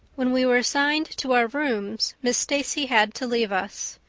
when we were assigned to our rooms miss stacy had to leave us.